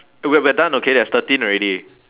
eh we're we're done okay there's thirteen already